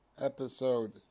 episode